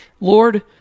Lord